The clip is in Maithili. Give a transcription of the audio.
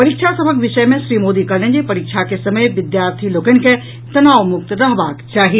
परीक्षा सभक विषय मे श्री मोदी कहलनि जे परीक्षा के समय विद्यार्थी लोकनि के तनावमुक्त रहबाक चाही